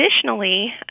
Additionally